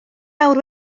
awr